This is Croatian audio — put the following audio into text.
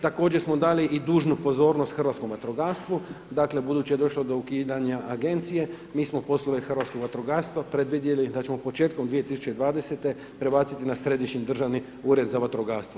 Također smo dali i dužnu pozornost hrvatskom vatrogastvu, dakle, budući da je došlo do ukidanja agencija, mi smo poslove hrvatskog vatrogastva predvidjeli, da ćemo početkom 2020. prebaciti na središnji državni ured za vatrogastvo.